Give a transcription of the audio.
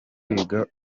kwiga